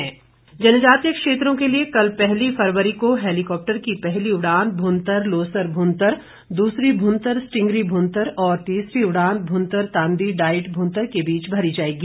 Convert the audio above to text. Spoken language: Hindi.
उड़ान जनजातीय क्षेत्रों के लिए कल पहली फरवरी को हेलीकॉप्टर की पहली उड़ान भुंतर लोसर भुंतर दूसरी भुंतर स्टिंगरी भुंतर और तीसरी उड़ान भुंतर तांदी डाईट भुंतर के बीच भरी जाएगी